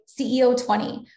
CEO20